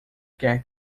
quer